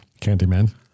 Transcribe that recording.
Candyman